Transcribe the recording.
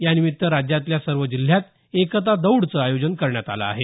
यानिमित्त राज्यातल्या सर्व जिल्ह्यात एकता दौडचं आयोजन करण्यात आलं आहे